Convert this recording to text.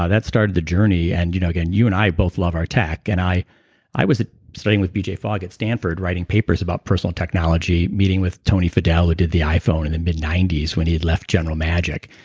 that started the journey and you know again, you and i both love our tech, and i i was studying with b. j. fogg at stanford, writing papers about personal technology. meeting with tony fadell who did the iphone in the mid ninety s when he had left general magic.